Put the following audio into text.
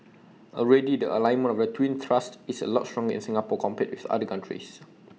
already the alignment of the twin thrusts is A lot stronger in Singapore compared with other countries